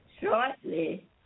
shortly